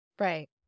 Right